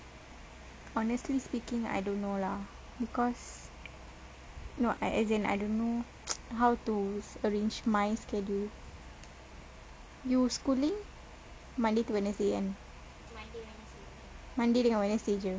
honestly speaking I don't know lah because no as in I don't know how to arrange my schedule you schooling monday to wednesday kan and monday dengan wednesday jer